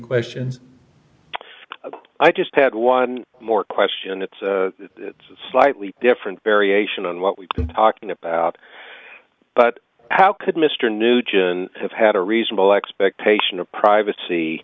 questions i just had one more question it's slightly different variation on what we've been talking about but how could mr nugent have had a reasonable expectation of privacy